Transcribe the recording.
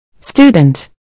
Student